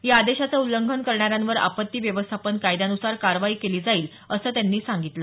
या आदेशाचं उल्लंघन करणाऱ्यांवर आपत्ती व्यवस्थापन कायद्यानुसार कारवाई केली जाणार असल्याचंही त्यांनी सांगितलं